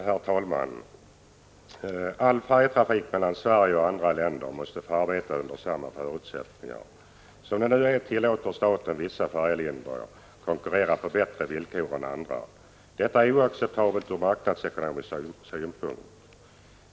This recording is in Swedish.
Herr talman! All färjetrafik mellan Sverige och andra länder måste få arbeta under samma förutsättningar. Som det nu är tillåter staten vissa färjelinjer att konkurrera på bättre villkor än andra. Detta är oacceptabelt ur marknadsekonomisk synpunkt.